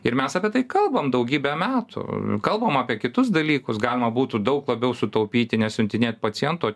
ir mes apie tai kalbame daugybę metų kalbam apie kitus dalykus galima būtų daug labiau sutaupyti nesiuntinėt paciento